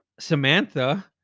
samantha